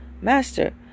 master